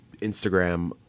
Instagram